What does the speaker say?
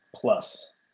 Plus